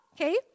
okay